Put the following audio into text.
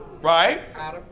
right